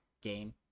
game